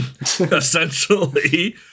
essentially